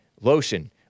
lotion